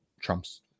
trumps